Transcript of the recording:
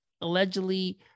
allegedly